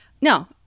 No